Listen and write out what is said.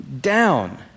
down